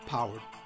Powered